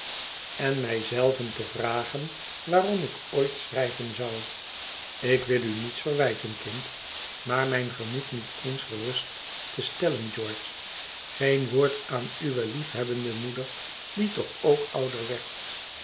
en mij zelven te vragen waarom ik ooit schrijven zou ik wil u niets verwijten kind maar mijn gemoed niet eens gerust te stellen george geen woord aan uwe liefhebbende moeder die toch ook ouder werd